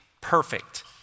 perfect